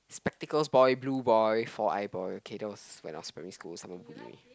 spectacles boy blue boy four eye boy okay that was when I was primary school someone bully me